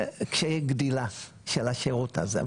כשיש גדילה של השירות הזה.